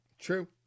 True